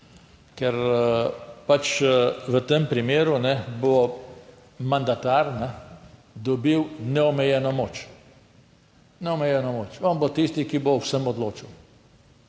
Ker pač v tem primeru bo mandatar dobil neomejeno moč, neomejeno moč, on bo tisti, ki bo o vsem odločal